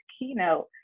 keynote